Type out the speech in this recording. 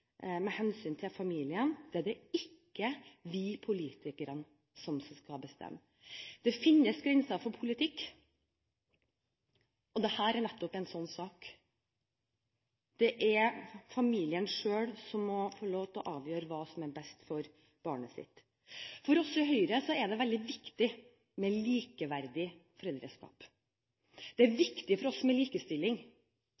hensyn til familien. Det er det ikke vi politikere som skal bestemme. Det finnes grenser for politikk. Dette er nettopp en slik sak – det er familien selv som må få lov til å avgjøre hva som er best for barnet sitt. For Høyre er det veldig viktig med likeverdig foreldreskap. Det er